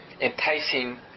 enticing